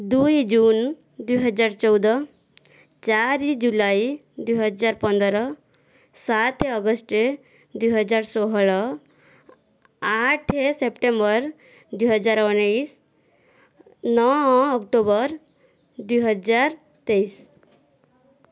ଦୁଇ ଜୁନ ଦୁଇ ହଜାର ଚଉଦ ଚାରି ଜୁଲାଇ ଦୁଇ ହଜାର ପନ୍ଦର ସାତ ଅଗଷ୍ଟ ଦୁଇ ହଜାର ଷୋହଳ ଆଠ ସେପ୍ଟେମ୍ବର ଦୁଇ ହଜାର ଉଣେଇଶ ନଅ ଅକ୍ଟୋବର ଦୁଇ ହଜାର ତେଇଶ